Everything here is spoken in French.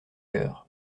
heures